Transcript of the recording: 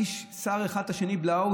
שר אחד את השני בלעו,